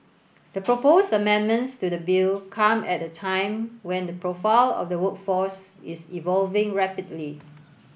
the proposed amendments to the bill come at a time when the profile of the workforce is evolving rapidly